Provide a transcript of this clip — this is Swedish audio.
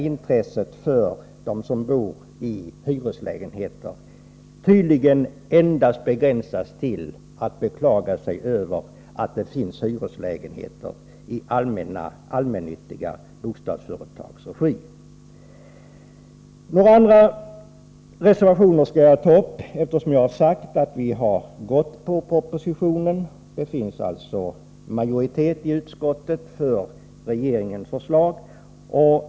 Intresset för dem som bor i hyreslägenheter begränsas tydligen till att beklaga sig över att det finns hyreslägenheter i allmännyttiga bostadsföretags regi. Som jag har sagt, finns det majoritet i utskottet för regeringens förslag.